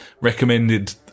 recommended